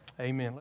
Amen